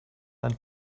dann